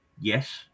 Yes